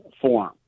form